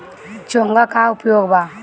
चोंगा के का उपयोग बा?